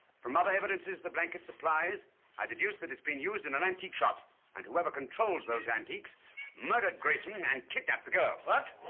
from other evidences the blanket supplies i deduced that it's been used in an antique shop and whoever controls those antiques murdered grayson and kidnapped the girl. but